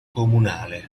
comunale